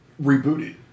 rebooted